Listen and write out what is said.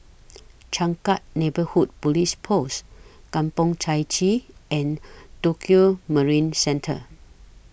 Changkat Neighbourhood Police Post Kampong Chai Chee and Tokio Marine Centre